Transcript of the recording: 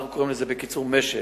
אנחנו קוראים לזה בקיצור מש"ל.